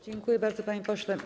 Dziękuję bardzo, panie pośle.